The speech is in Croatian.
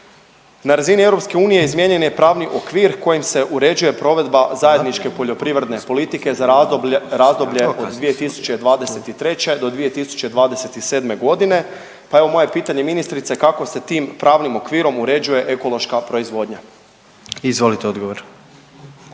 Na razini EU izmijenjen je pravni okvir kojim se uređuje provedba zajedničke poljoprivredne politike za razdoblje od 2023. do 2027.g., pa evo moje pitanje ministrice, kako se tim pravnim okvirom uređuje ekološka proizvodnja? **Jandroković,